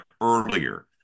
earlier